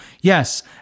Yes